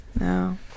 no